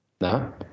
No